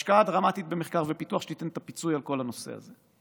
השקעה דרמטית במחקר ופיתוח שתיתן את הפיצוי על כל הנושא הזה.